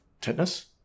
tetanus